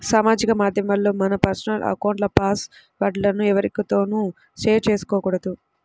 సామాజిక మాధ్యమాల్లో మన పర్సనల్ అకౌంట్ల పాస్ వర్డ్ లను ఎవ్వరితోనూ షేర్ చేసుకోకూడదు